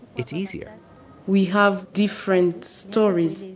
it's easier we have different stories,